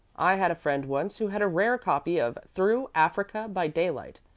i had a friend once who had a rare copy of through africa by daylight.